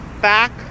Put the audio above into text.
back